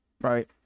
right